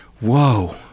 whoa